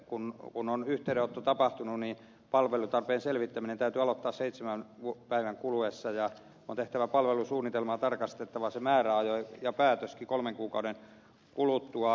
kun on yhteydenotto tapahtunut niin palvelutarpeen selvittäminen täytyy aloittaa seitsemän päivän kuluessa ja on tehtävä palvelusuunnitelma ja tarkastettava se määräajoin ja päätöskin tehtävä viimeistään kolmen kuukauden kuluttua